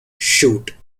shoot